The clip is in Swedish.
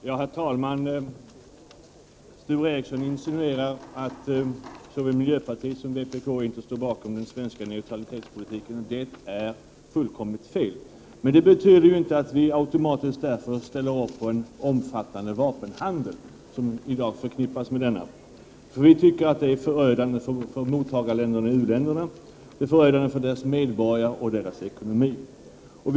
Herr talman! Sture Ericson insinuerar att varken miljöpartiet eller vpk står bakom den svenska neutralitetspolitiken. Det är fullständigt fel. Men det betyder inte att vi automatiskt ställer upp för en omfattande vapenhandel som i dag förknippas med denna, för vi tycker att det är förödande för mottagarländerna, u-länderna, för deras medborgare och ekonomier.